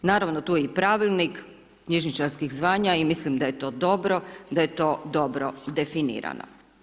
Naravno tu je i pravilnik knjižničarskih zvanja i mislim da je to dobro, da je to dobro definirano.